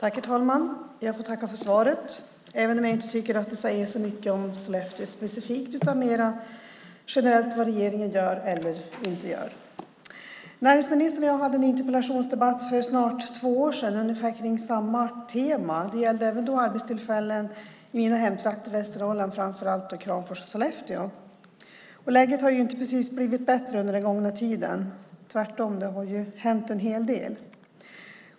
Herr talman! Jag får tacka statsrådet för svaret även om jag inte tycker att det säger så mycket om Sollefteå specifikt utan mer generellt vad regeringen gör eller inte gör. Näringsministern och jag hade en interpellationsdebatt för snart två år sedan ungefär på samma tema. Det gällde även då arbetstillfällen i mina hemtrakter i Västernorrland, framför allt Kramfors och Sollefteå. Läget har inte precis blivit bättre under den gångna tiden. Tvärtom har det hänt en hel del.